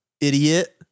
idiot